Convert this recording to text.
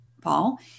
Paul